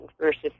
versus